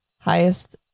highest